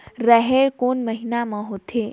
रेहेण कोन महीना म होथे?